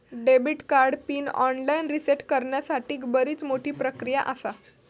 debit card PIN online reset करण्यासाठीक बरीच मोठी प्रक्रिया आसा